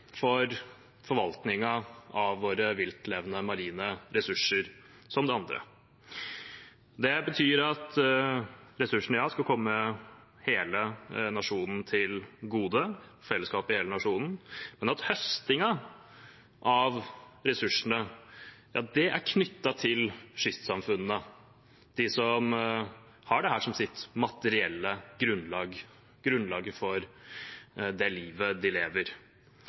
for forvaltningen av våre viltlevende marine ressurser som det andre. Det betyr at ressursene skal komme fellesskapet i hele nasjonen til gode, men at høstingen av ressursene er knyttet til kystsamfunnene, de som har dette som sitt materielle grunnlag, grunnlaget for det livet de lever.